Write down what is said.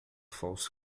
falso